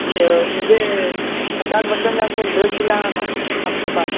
مجھے پچاس بچوں کے واسطے ڈریس سلانا تھا آپ کے پاس